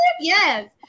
Yes